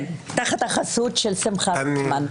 כן, תחת החסות של שמחה רוטמן.